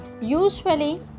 Usually